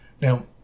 Now